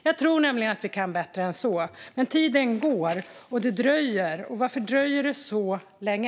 Jag tror nämligen att vi kan bättre än så. Men tiden går, och det dröjer. Varför dröjer det så länge?